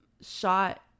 shot